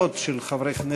חוק גנים לאומיים,